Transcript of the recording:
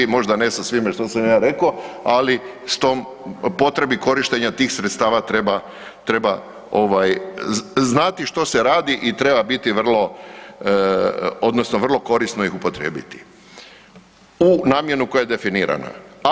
Možda ne sa svime što sam ja rekao, ali potrebi korištenja tih sredstava treba znati što se radi i treba biti vrlo, odnosno vrlo korisno ih upotrijebiti u namjenu koja je definirana.